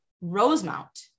Rosemount